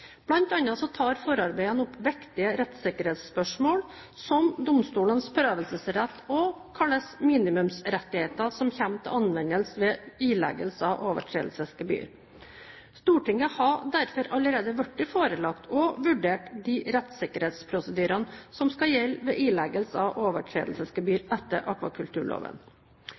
tar forarbeidene opp viktige rettssikkerhetsspørsmål som domstolenes prøvelsesrett og hvilke minimumsrettigheter som kommer til anvendelse ved ileggelse av overtredelsesgebyr. Stortinget har derfor allerede blitt forelagt, og vurdert, de rettssikkerhetsprosedyrene som skal gjelde ved ileggelse av overtredelsesgebyr etter akvakulturloven.